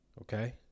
okay